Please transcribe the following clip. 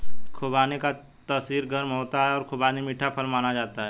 खुबानी का तासीर गर्म होता है और खुबानी मीठा फल माना जाता है